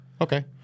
Okay